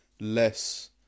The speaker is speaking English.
less